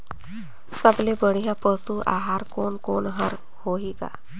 सबले बढ़िया पशु आहार कोने कोने हर होही ग?